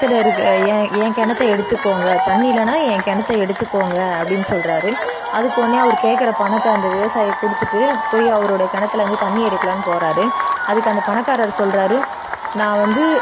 கிணத்துல இருக்கற என் என் கிணத்தை எடுத்துக்கோங்க தண்ணி இல்லைனா என் கிணத்தை எடுத்துக்கோங்க அப்படினு சொல்றாரு அதுக்கு ஒடனே அவர் கேட்கற பணத்தை அந்த விவசாயி கொடுத்துட்டு போயி அவரோடய கிணத்துலேர்ந்து தண்ணி எடுக்கலாம்னு போகிறாரு அதுக்கு அந்த பணக்காரர் சொல்கிறாரு நான் வந்து